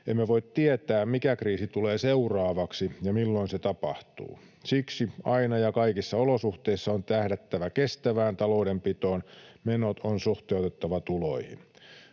Emme voi tietää, mikä kriisi tulee seuraavaksi ja milloin se tapahtuu. Siksi aina ja kaikissa olosuhteissa on tähdättävä kestävään taloudenpitoon; menot on suhteutettava tuloihin.